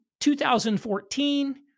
2014